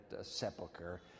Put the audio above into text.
sepulcher